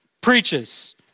preaches